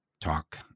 talk